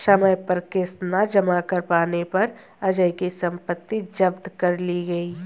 समय पर किश्त न जमा कर पाने पर अजय की सम्पत्ति जब्त कर ली गई